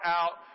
out